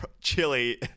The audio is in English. chili